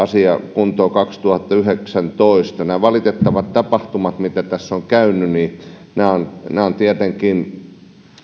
kuntoon kaksituhattayhdeksäntoista nämä valitettavat tapahtumat joita tässä on käynyt ovat tietenkin